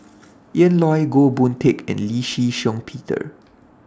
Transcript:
Ian Loy Goh Boon Teck and Lee Shih Shiong Peter